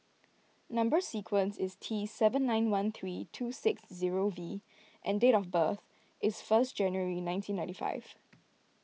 Number Sequence is T seven nine one three two six zero V and date of birth is first January nineteen ninety five